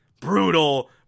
brutal